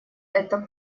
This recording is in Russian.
это